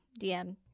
DM